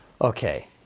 Okay